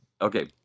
Okay